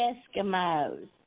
Eskimos